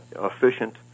efficient